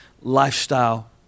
lifestyle